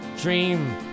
Dream